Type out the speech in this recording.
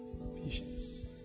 Visions